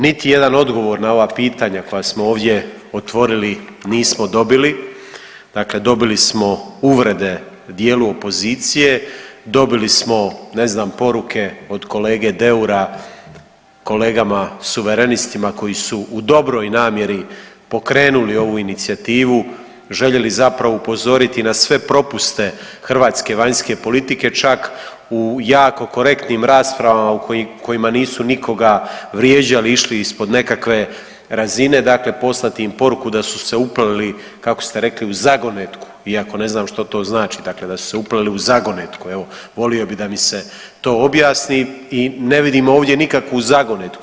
Niti jedan odgovor na ova pitanja koja smo ovdje otvorili nismo dobili, dakle dobili smo uvrede dijelu opozicije, dobili smo, ne znam, poruke od kolege Deura kolegama Suverenistima koji su u dobroj namjeri pokrenuli ovu inicijativu, željeli zapravo upozoriti na sve propuste hrvatske vanjske politike, čak u jako korektnim raspravama u kojima nisu nikoga vrijeđali i išli ispod nekakve razine, dakle poslati im poruku da su se upleli, kako ste rekli, u zagonetku, iako ne znam što to znači, dakle da su se upleli u zagonetku, evo, volio bih da mi se to objasni i ne vidimo ovdje nikakvu zagonetku.